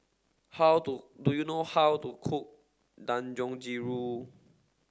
how to do you know how to cook Dangojiru